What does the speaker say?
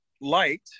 light